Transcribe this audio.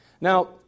Now